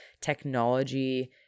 technology